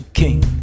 king